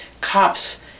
cops